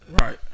Right